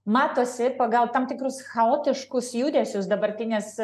matosi pagal tam tikrus chaotiškus judesius dabartinės